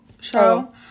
show